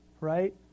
right